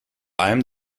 allem